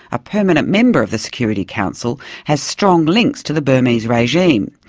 a permanent member of the security council, has strong links to the burmese regime,